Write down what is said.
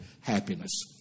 happiness